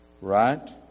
Right